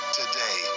today